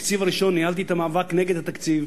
בתקציב הראשון ניהלתי את המאבק בתקציב,